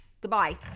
Goodbye